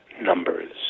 numbers